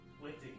waiting